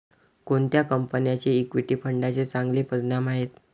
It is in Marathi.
कोणत्या कंपन्यांचे इक्विटी फंडांचे चांगले परिणाम आहेत?